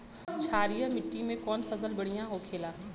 क्षारीय मिट्टी में कौन फसल बढ़ियां हो खेला?